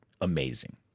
amazing